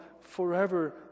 forever